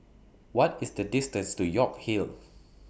What IS The distance to York Hill